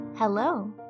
Hello